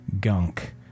gunk